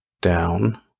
down